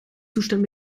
zustand